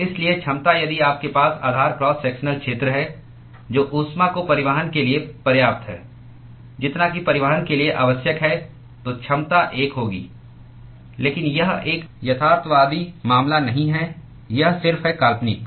तो इसलिए क्षमता यदि आपके पास आधार क्रॉस सेक्शनल क्षेत्र है जो ऊष्मा को परिवहन के लिए पर्याप्त है जितना कि परिवहन के लिए आवश्यक है तो क्षमता 1 होगी लेकिन यह एक यथार्थवादी मामला नहीं है यह सिर्फ है काल्पनिक